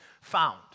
found